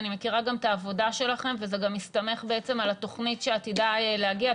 אני גם מכירה את העבודה שלך וזה גם מסתמך על התוכנית שעתידה להגיע,